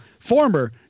Former